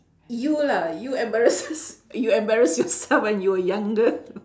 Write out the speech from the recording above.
you lah you embarrass yours~ you embarrass yourself when you were younger